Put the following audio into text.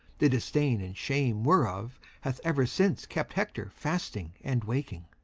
the disdain and shame whereof hath ever since kept hector fasting and waking.